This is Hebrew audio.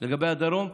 לגבי הדרום,